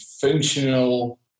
functional